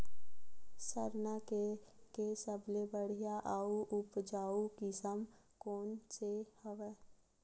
सरना के सबले बढ़िया आऊ उपजाऊ किसम कोन से हवय?